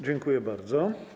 Dziękuję bardzo.